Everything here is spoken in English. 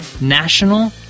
national